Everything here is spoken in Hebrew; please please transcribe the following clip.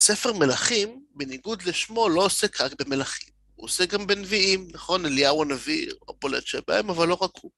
ספר מלכים, בניגוד לשמו, לא עושה כך במלכים. הוא עושה גם בנביאים, נכון, אליהו הנביא, או פולאצ'ה בהם, אבל לא רק הוא.